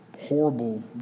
horrible